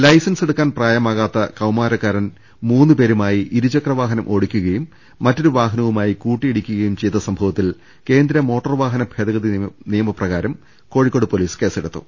ലൈസൻസെടുക്കാൻ പ്രായമാകാത്ത കൌമാരക്കാരൻ മൂന്ന് പേരുമായി ഇരുചക്രവാഹനം ഓടിക്കുകയും മറ്റൊരു വാഹനവുമായി കൂട്ടിയിടിക്കുകയും ചെയ്ത സംഭവ ത്തിൽ കേന്ദ്ര മോട്ടോർ വാഹന ഭേദഗതി നിയമ പ്രകാരം കോഴിക്കോട് പൊലീസ് കേസെടുത്തു